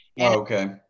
okay